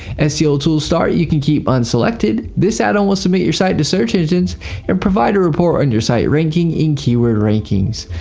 and seo tools start you can keep ah unselected. this addon will submit your site to search engines and provide a report on your site ranking and keyword rankings.